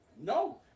No